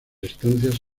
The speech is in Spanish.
estancias